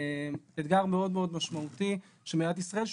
זה אתגר מאוד משמעותי של מדינת ישראל,